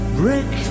brick